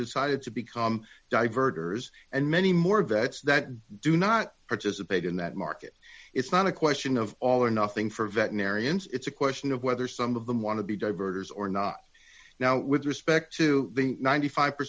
decided to become divert errors and many more vets that do not participate in that market it's not a question of all or nothing for veterinarians it's a question of whether some of them want to be divers or not now with respect to the ninety five per